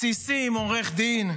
בסיסי עם עורך דין?